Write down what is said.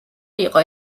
იყო